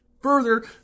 further